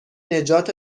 نجات